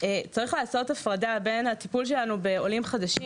צריך לעשות הפרדה בין הטיפול שלנו בעולים חדשים